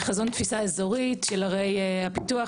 חזון תפיסה אזורית של ערי הפיתוח,